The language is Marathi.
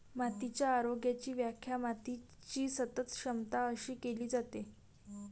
मातीच्या आरोग्याची व्याख्या मातीची सतत क्षमता अशी केली जाते